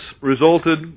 resulted